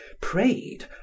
prayed